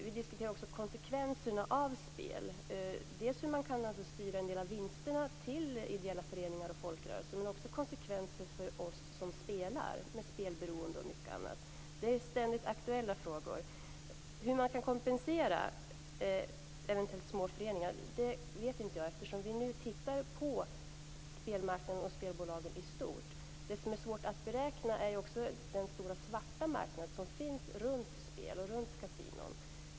Vi diskuterar också konsekvenserna av spel - dels hur man kan styra en del av vinsterna till ideella föreningar och folkrörelser, dels konsekvenerna för oss som spelar, för dem som är spelberoende och mycket annat. Det är ständigt aktuella frågor. Hur man eventuellt kan kompensera små föreningar vet inte jag, eftersom vi nu tittar på spelmarknaden och spelbolagen i stort. Det som är svårt att beräkna är också den stora svarta marknad som finns runt spel och runt kasinon.